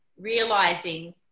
realizing